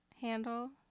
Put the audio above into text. handle